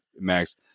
Max